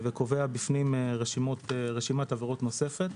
וקובע בפנים רשימת עבירות נוספת.